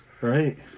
Right